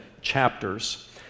chapters